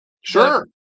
sure